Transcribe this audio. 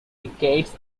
decades